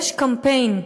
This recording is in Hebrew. יש קמפיין,